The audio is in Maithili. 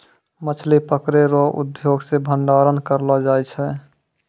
मछली पकड़ै रो उद्योग से भंडारण करलो जाय छै